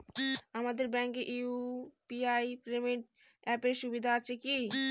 আপনাদের ব্যাঙ্কে UPI payment অ্যাপের সুবিধা আছে কি?